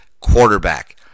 quarterback